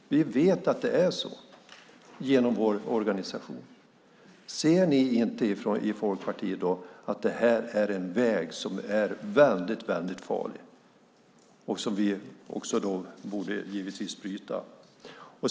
Vi vet att det är så genom vår organisation. Ser inte ni i Folkpartiet i dag att det här är en väg som är väldigt farlig och som vi givetvis borde bryta?